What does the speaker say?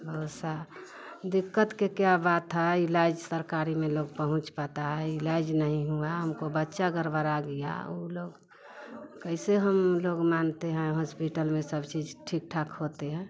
ओसा दिक्कत के क्या बात है इलाज सरकारी में लोग पहुँच पाता है इलाज नहीं हुआ हमको बच्चा गरबरा दिया ऊ लोग कैसे हम लोग मानते हैं होस्पिटल में सब चीज ठीक ठाक होती है